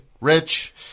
Rich